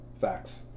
Facts